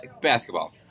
basketball